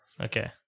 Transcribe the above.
Okay